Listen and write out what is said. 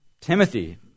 Timothy